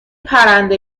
پرنده